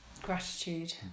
Gratitude